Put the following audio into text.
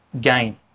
gain